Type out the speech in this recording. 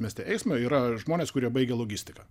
mieste eismą yra žmonės kurie baigę logistiką